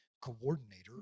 coordinator